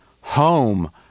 home